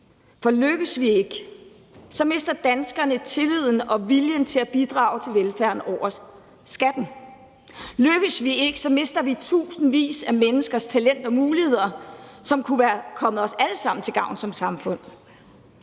For lykkes vi ikke, mister danskerne tilliden og viljen til at bidrage til velfærden over skatten. Lykkes vi ikke, mister vi tusindvis af menneskers talent og muligheder, som kunne være kommet os alle sammen til gavn som samfund.